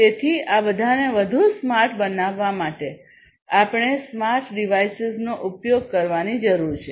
તેથી આ બધાને વધુ સ્માર્ટ બનાવવા માટે આપણે સ્માર્ટ ડિવાઇસીસનો ઉપયોગ કરવાની જરૂર છે